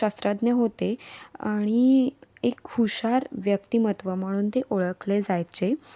शास्त्रज्ञ होते आणि एक हुशार व्यक्तिमत्त्व म्हणून ते ओळखले जायचे